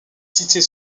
cités